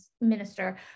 minister